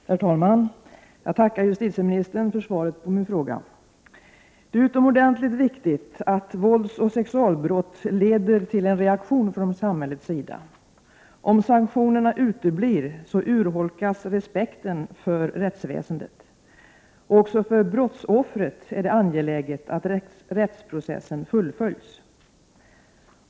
Herr talman! Jag tackar justitieministern för svaret på min fråga. Det är utomordentligt viktigt att våldsoch sexualbrott leder till en reaktion från samhällets sida. Om sanktionerna uteblir urholkas respekten för rättsväsendet. Också för brottsoffret är det angeläget att rättsprocessen fullföljs.